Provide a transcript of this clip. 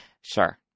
sure